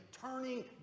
turning